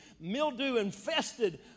mildew-infested